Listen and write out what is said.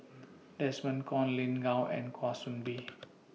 Desmond Kon Lin Gao and Kwa Soon Bee